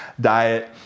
diet